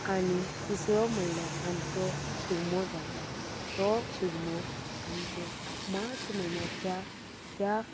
आनी तिसरो म्हणल्यार आमचो शिगमो जाता तो शिगमो आमच्या मार्च म्हन्याच्या त्या